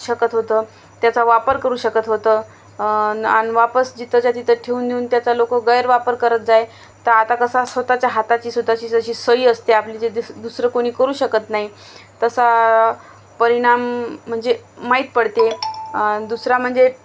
शकत होतं त्याचा वापर करू शकत होतं आणि वापस जिथंच्या तिथं ठेऊन नेऊन त्याचा लोकं गैरवापर करत जाय तर आता कसा स्वतःच्या हाताची स्वतःची जशी सही असते आपली जे दुसरं कोणी करू शकत नाही तसा परिणाम म्हणजे माहीत पडते आणि दुसरा म्हणजे